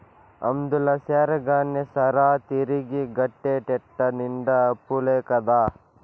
అందుల చేరగానే సరా, తిరిగి గట్టేటెట్ట నిండా అప్పులే కదా